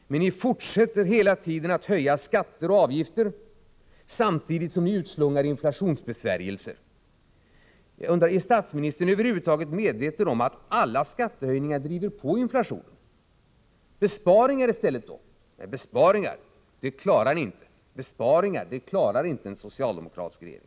Men regeringen fortsätter att hela tiden höja skatter och avgifter samtidigt som den utslungar inflationsbesvärjelser. Är statsministern över huvud taget medveten om att alla skattehöjningar driver på inflationen? Besparingar i stället då? Besparingar klarar inte en socialdemokratisk regering.